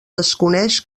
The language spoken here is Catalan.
desconeix